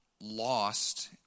lost